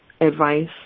advice